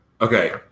Okay